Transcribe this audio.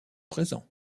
présents